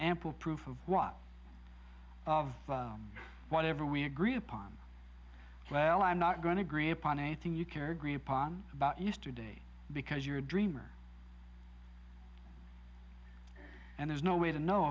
and proof of what of whatever we agree upon well i'm not going to agree upon a thing you care agreed upon about yesterday because you're a dreamer and there's no way to know